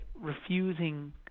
refusing